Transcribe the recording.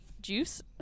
juice